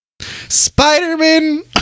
Spider-Man